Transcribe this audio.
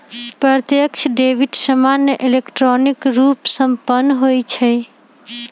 प्रत्यक्ष डेबिट सामान्य इलेक्ट्रॉनिक रूपे संपन्न होइ छइ